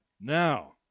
Now